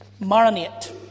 marinate